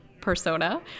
persona